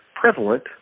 prevalent